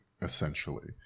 essentially